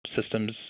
systems